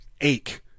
ache